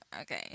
okay